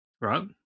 right